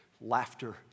laughter